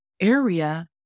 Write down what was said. area